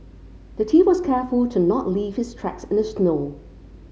the thief was careful to not leave his tracks in the snow